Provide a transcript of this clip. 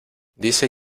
dice